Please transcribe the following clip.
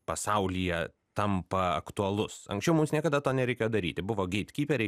pasaulyje tampa aktualus anksčiau mums niekada to nereikėjo daryti buvo geitkyperiai